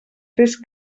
fes